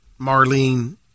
Marlene